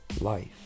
Life